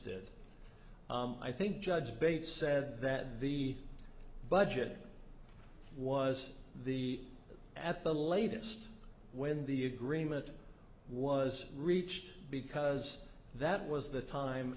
did i think judge bates said that the budget was the at the latest when the agreement was reached because that was the time